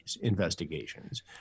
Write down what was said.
investigations